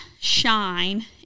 shine